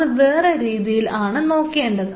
അത് വേറെ രീതിയിലാണ് ആണ് നോക്കേണ്ടത്